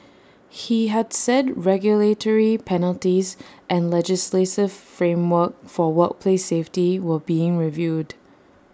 he had said regulatory penalties and legislative framework for workplace safety were being reviewed